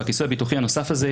והכיסוי הביטוחי הנוסף הזה,